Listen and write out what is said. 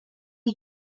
you